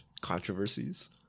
controversies